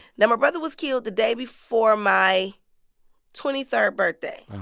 now, my brother was killed the day before my twenty third birthday.